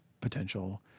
potential